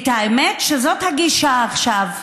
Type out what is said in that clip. האמת, זאת הגישה עכשיו.